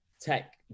tech